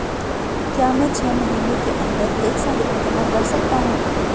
क्या मैं छः महीने के अन्दर एक साथ ऋण जमा कर सकता हूँ?